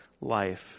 life